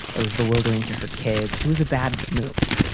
that was bewildering to her kids. it was a bad move.